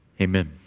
Amen